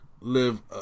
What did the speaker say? live